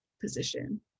position